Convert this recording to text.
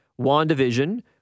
WandaVision